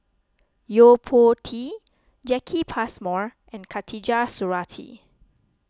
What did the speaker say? Yo Po Tee Jacki Passmore and Khatijah Surattee